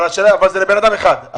אבל זה לבן אדם אחד.